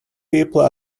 people